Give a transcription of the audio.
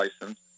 license